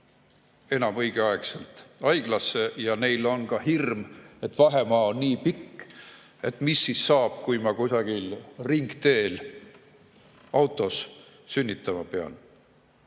enam õigeaegselt haiglasse ja neil on ka hirm – vahemaa on nii pikk ja mis siis saab, kui ma kusagil ringteel autos sünnitama pean.